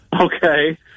Okay